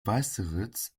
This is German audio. weißeritz